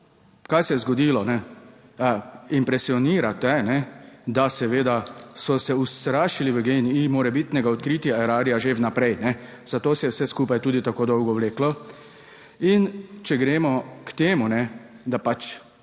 kaj se je zgodilo, ne. Impresionirate, ne da, seveda so se ustrašili v geniji morebitnega odkritja Erarja že vnaprej, zato se je vse skupaj tudi tako dolgo vleklo. In če gremo k temu, da pač